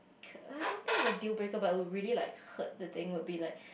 I don't think the deal breaker but would really like hurt the thing would be like